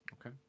Okay